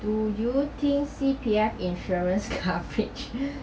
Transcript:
do you think C_P_F insurance coverage